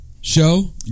show